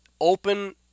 open